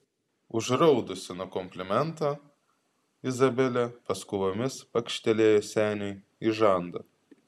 užraudusi nuo komplimento izabelė paskubomis pakštelėjo seniui į žandą